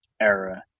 era